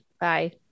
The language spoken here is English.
Bye